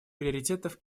приоритетов